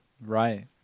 Right